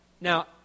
Now